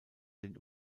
den